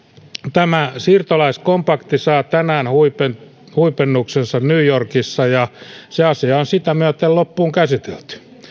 tämä siirtolaiskompakti saa tänään huipennuksensa huipennuksensa new yorkissa ja se asia on sitä myöten loppuun käsitelty